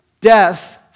Death